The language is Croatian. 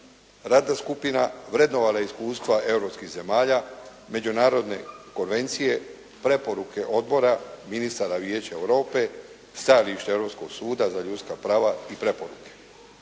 Radna skupina vrednovala je iskustva europskih zemalja, međunarodne konvencije, preporuke odbora, ministara Vijeća Europe, stajališta Europskog suda za ljudska prava i preporuke.